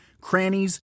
crannies